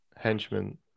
henchmen